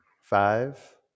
Five